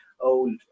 old